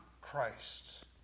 Christ